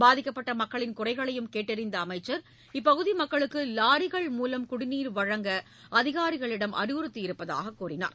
பாதிக்கப்பட்ட மக்களின் குறைகளையும் கேட்டறிந்த அமைச்சர் இப்பகுதி மக்களுக்கு லாரிகள் மூலம் குடிநீர் வழங்க அதிகாரிகளிடம் அறிவுறுத்தியிருப்பதாகக் கூறினார்